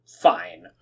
fine